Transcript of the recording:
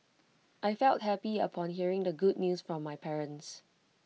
I felt happy upon hearing the good news from my parents